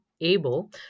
able